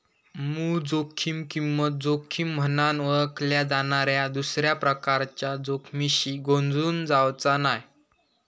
मूळ जोखीम किंमत जोखीम म्हनान ओळखल्या जाणाऱ्या दुसऱ्या प्रकारच्या जोखमीशी गोंधळून जावचा नाय